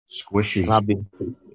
Squishy